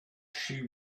she